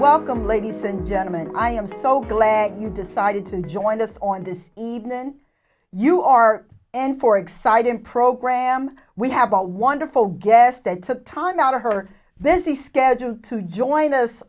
welcome ladies and gentleman i am so glad you decided to join us on this evening you are and for exciting program we have a wonderful guest that took time out of her busy schedule to join us